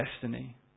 destiny